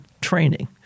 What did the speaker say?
training